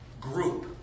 group